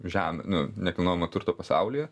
žemių nu nekilnojamo turto pasaulyje